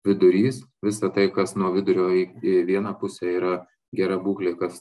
vidurys visa tai kas nuo vidurio į vieną pusę yra gera būklė kas